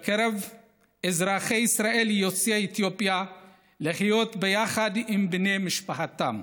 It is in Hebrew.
אזרחי ישראל יוצאי אתיופיה לחיות ביחד עם בני משפחתם.